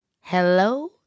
Hello